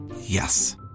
Yes